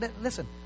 listen